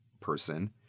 person